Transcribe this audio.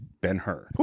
ben-hur